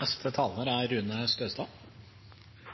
Ungdommene er